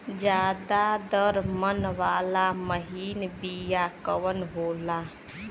ज्यादा दर मन वाला महीन बिया कवन होला?